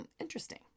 interesting